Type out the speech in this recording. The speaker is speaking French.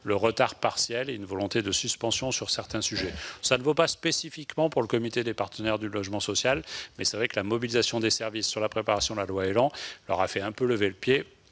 le retard partiel et une volonté de suspension sur certains sujets. Cette explication ne vaut pas spécifiquement pour le comité des partenaires du logement social, mais il est vrai que la mobilisation des services sur la préparation de la loi ÉLAN leur a fait un peu lever le pied